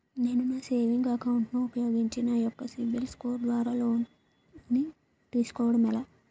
నేను నా savings account ను ఉపయోగించి నా యెక్క సిబిల్ స్కోర్ ద్వారా లోన్తీ సుకోవడం ఎలా?